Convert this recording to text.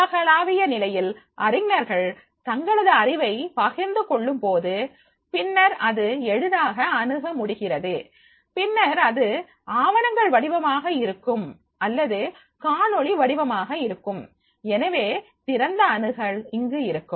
உலகலாவிய நிலையில் அறிஞர்கள் தங்களது அறிவை பகிர்ந்து கொள்ளும்போது பின்னர் அது எளிதாக அணுக முடிகிறது பின்னர் அது ஆவணங்கள்வடிவமாக இருக்கும் அல்லது காணொளி வடிவமாக இருக்கும் எனவே திறந்த அணுகல் இங்கு இருக்கும்